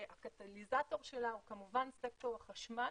כשהקטליזטור שלה הוא כמובן סקטור החשמל,